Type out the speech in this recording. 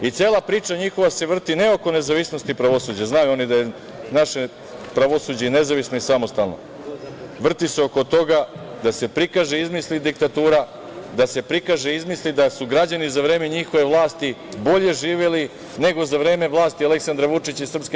Cela priča njihova se vrti ne oko nezavisnosti pravosuđa, znaju oni da je naše pravosuđe nezavisno i samostalno, vrti se oko toga da se prikaže i izmisli diktatura, da se prikaže i izmisli da su građani za vreme njihove vlasti bolje živeli nego za vreme vlasti Aleksandra Vučića i SNS.